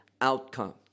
outcome